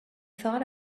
thought